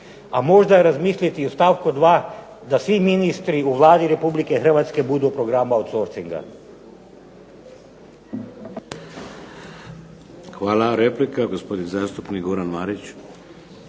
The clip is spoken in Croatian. a možda da razmisliti i o stavku 2 da svi ministri u Vladi Republike Hrvatske budu u programu outsourcinga. **Šeks, Vladimir (HDZ)** Hvala. Replika, gospodin zastupnik Goran Marić.